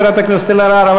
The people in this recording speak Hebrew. חברת הכנסת אלהרר.